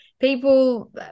People